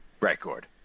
record